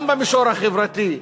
גם במישור החברתי,